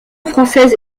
française